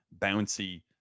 bouncy